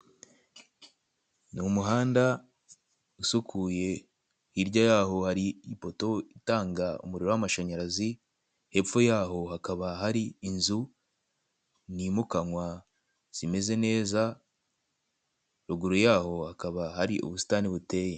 Ni umuhanda usukuye hirya yaho hari ipoto itanga umuriro w'amashanyarazi hepfo yaho hakaba hari inzu ntimukanwa zimeze neza, ruguru yaho hakaba hari ubusitani buteye.